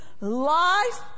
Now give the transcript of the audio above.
life